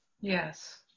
Yes